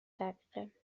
دقیقه